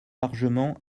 largement